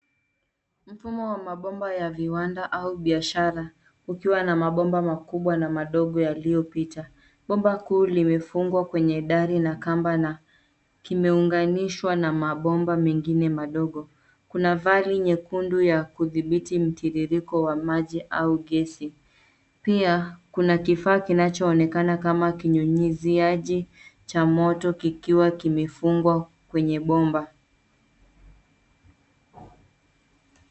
Mufumo wa mabomba ya viwanda au biashara ukiwa na mabomba makubwa na madogo yaliyopita. Bomba kuu limefungwa kwenye dari na kamba na kimeunganishwa na mabomba mengine madogo. Kuna vali nyekundu ya kudhibiti mtiririko wa maji au gesi. Pia kuna kifaa kinachoonekana kama kinyunyiziaji cha moto kikiwa kimefungwa kwenye bomba.